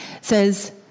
says